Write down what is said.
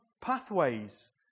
pathways